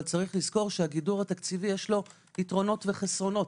יש לזכור שהגידור התקציבי יש לו יתרונות וחסרונות.